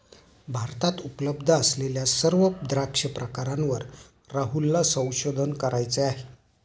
भारतात उपलब्ध असलेल्या सर्व द्राक्ष प्रकारांवर राहुलला संशोधन करायचे आहे